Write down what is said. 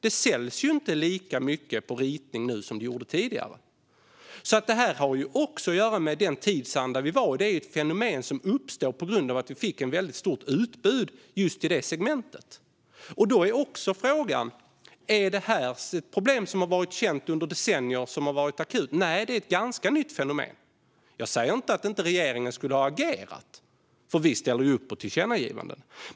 Det säljs inte lika mycket på ritning nu som det gjorde tidigare. Det har också att göra med den tidsanda vi var i. Det är ett fenomen som uppstår på grund av att vi fick ett väldigt stort utbud just i det segmentet. Då är frågan: Är det här ett problem som har varit känt under decennier som har varit akut? Nej, det är ett ganska nytt fenomen. Jag säger inte att regeringen inte skulle ha agerat, för vi ställer upp på tillkännagivanden.